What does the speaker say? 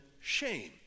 shame